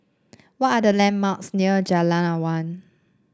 what are the landmarks near Jalan Awan